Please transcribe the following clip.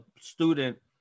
student